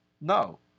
No